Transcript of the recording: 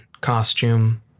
costume